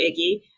Iggy